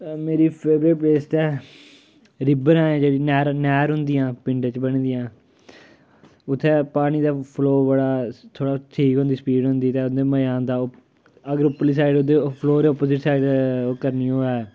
मेरी favourite place ते रिब्बन ऐ जेह्ड़ी नैह्र नैह्र होंदियां पिंड च बनी दियां उत्थें पानी दा फ्लो बड़ा थोह्ड़ा ठीक होंदा स्पीड होंदी ते मजा आंदा अगर उप्परली साइड दे फ्लो दे उप्परली साइड ओह् करनी होऐ